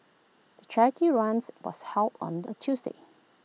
the charity runs was held on A Tuesday